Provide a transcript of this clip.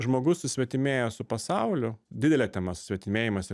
žmogus susvetimėja su pasauliu didelė tema susvetimėjimas